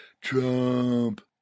Trump